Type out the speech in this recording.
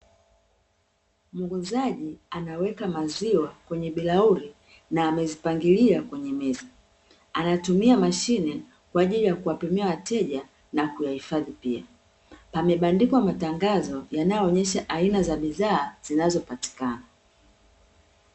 Muuzajii anaweka maziwa kwenye bilauri na amezipangilia kwenye meza. Anatumia mashine kwa ajili ya kuwapimia wateja na kuyahifadhi pia. Pamebandikwa matangazo yanayoonyesha aina za bidhaa zinazopatikana.